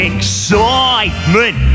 Excitement